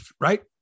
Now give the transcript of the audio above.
Right